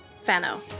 Fano